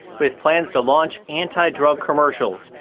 with plans to launch anti-drug commercials,